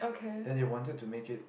and they wanted to make it